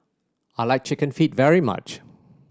I like Chicken Feet very much